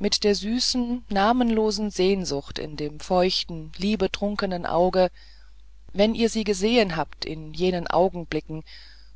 mit der süßen namenlosen sehnsucht in dem feuchten liebetrunkenen auge wenn ihr sie gesehen habt in jenen augenblicken